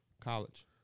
College